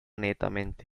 netamente